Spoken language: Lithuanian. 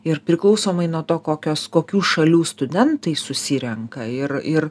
ir priklausomai nuo to kokios kokių šalių studentai susirenka ir ir